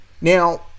now